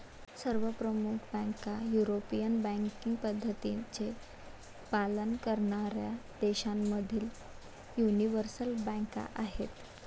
सर्व प्रमुख बँका युरोपियन बँकिंग पद्धतींचे पालन करणाऱ्या देशांमधील यूनिवर्सल बँका आहेत